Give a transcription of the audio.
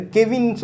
Kevin